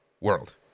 world